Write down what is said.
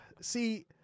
See